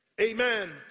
Amen